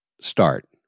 Start